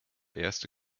erste